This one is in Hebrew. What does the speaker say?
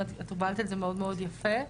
את הובלת את זה מאד מאד יפה,